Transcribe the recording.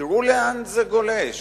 תראו לאן זה גולש,